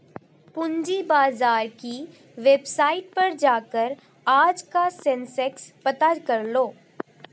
पूंजी बाजार की वेबसाईट पर जाकर आज का सेंसेक्स पता करलो